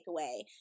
takeaway